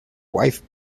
wife